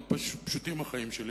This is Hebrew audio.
מאוד פשוטים החיים שלי,